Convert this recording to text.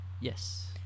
Yes